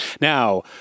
Now